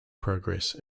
progress